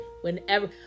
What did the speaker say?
Whenever